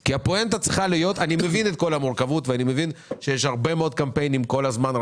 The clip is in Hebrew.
אני מבין את כל המורכבות ואני מבין שיש כל הזמן המון קמפיינים שרצים.